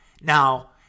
Now